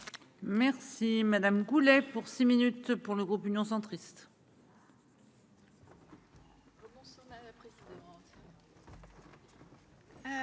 Merci madame Goulet pour 6 minutes pour le groupe Union centriste.